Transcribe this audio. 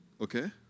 Okay